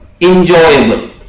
enjoyable